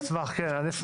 אני אשמח, כן.